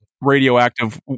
radioactive